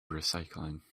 recycling